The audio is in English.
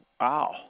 Wow